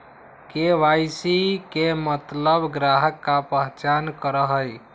KYC के मतलब ग्राहक का पहचान करहई?